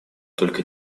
только